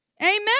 Amen